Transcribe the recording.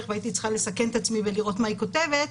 והייתי צריכה לסכן את עצמי ולראות מה היא כותבת,